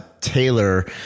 Taylor